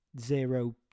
zero